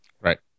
Right